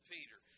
Peter